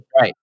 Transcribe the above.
right